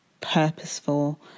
purposeful